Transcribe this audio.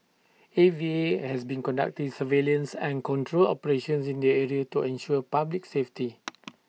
A V A has been conducting surveillance and control operations in the area to ensure public safety